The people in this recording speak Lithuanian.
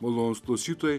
malonūs klausytojai